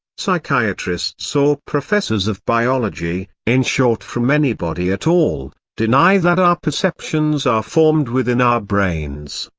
psychiatrists so or professors of biology, in short from anybody at all, deny that our perceptions are formed within our brains.